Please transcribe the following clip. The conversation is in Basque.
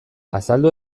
azaldu